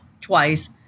twice